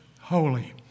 holy